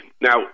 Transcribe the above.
Now